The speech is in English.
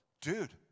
dude